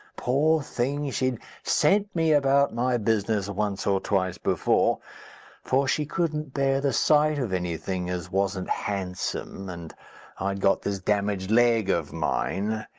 poor thing, she'd sent me about my business once or twice before for she couldn't bear the sight of anything as wasn't handsome and i'd got this damaged leg of mine.